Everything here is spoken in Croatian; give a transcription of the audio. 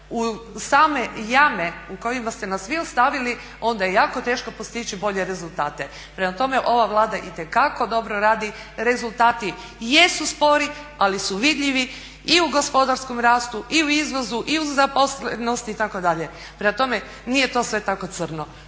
u same jame u kojima ste nas vi ostavili onda je jako teško postići bolje rezultate. Prema tome, ova Vlada itekako dobro radi. Rezultati jesu spori, ali su vidljivi i gospodarskom rastu i u izvozu i u zaposlenosti itd. Prema tome, nije to sve tako crno.